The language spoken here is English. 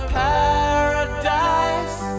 paradise